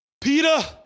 Peter